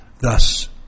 thus